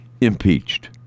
impeached